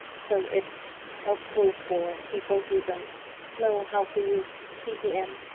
so it's helpful for people who don't know how to use vpn.